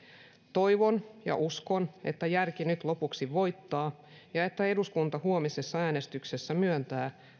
toivon ja uskon että järki nyt lopuksi voittaa ja että eduskunta huomisessa äänestyksessä myöntää